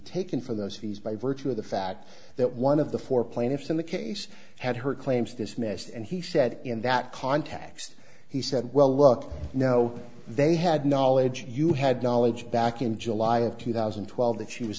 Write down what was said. taken for those fees by virtue of the fact that one of the four plaintiffs in the case had her claims dismissed and he said in that context he said well look no they had knowledge you had knowledge back in july of two thousand and twelve that she was